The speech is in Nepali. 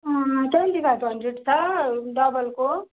ट्वेन्टी फाइभ हन्ड्रेड छ डबलको